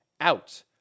out